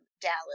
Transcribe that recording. Dallas